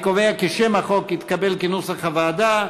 אני קובע כי שם החוק התקבל כנוסח הוועדה.